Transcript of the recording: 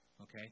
Okay